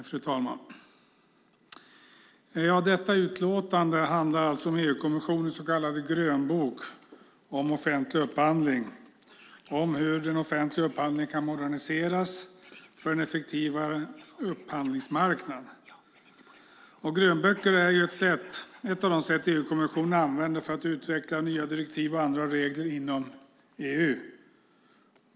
Fru talman! Detta utlåtande handlar alltså om EU-kommissionens så kallade grönbok om offentlig upphandling, om hur den offentliga upphandlingen kan moderniseras för en effektivare upphandlingsmarknad. Grönböcker är ett av de sätt EU-kommissionen använder för att utveckla nya direktiv och andra regler inom EU.